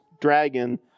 dragon